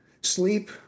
sleep